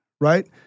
right